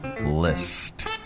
list